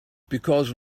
because